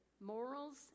Morals